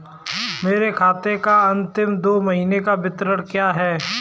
मेरे खाते का अंतिम दो महीने का विवरण क्या है?